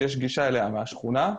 אליה יש גישה מהשכונה,